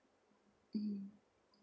mm